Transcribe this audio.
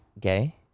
gay